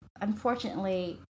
unfortunately